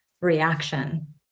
reaction